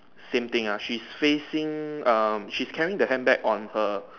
same thing ah she's facing um she's carrying the handbag on her